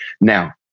Now